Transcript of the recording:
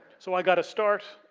so, i got a start,